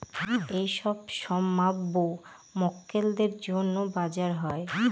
এইসব সম্ভাব্য মক্কেলদের জন্য যে বাজার হয়